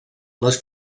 les